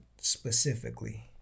specifically